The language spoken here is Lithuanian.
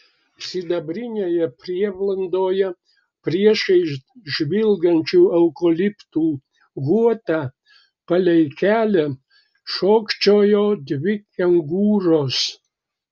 sidabrinėje prieblandoje priešais žvilgančių eukaliptų guotą palei kelią šokčiojo dvi kengūros